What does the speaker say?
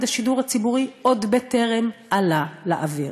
השידור הציבורי עוד בטרם עלה לאוויר.